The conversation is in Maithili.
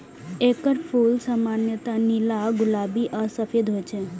एकर फूल सामान्यतः नीला, गुलाबी आ सफेद होइ छै